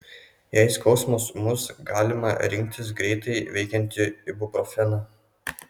jei skausmas ūmus galima rinktis greitai veikiantį ibuprofeną